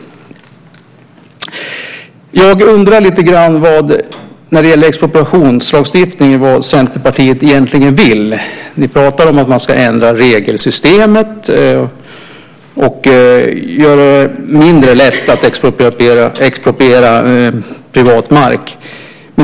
Jag undrar lite grann när det gäller expropriationslagstiftningen vad Centerpartiet egentligen vill. Ni pratar om att man ska ändra regelsystemet och göra det mindre lätt att expropriera privat mark.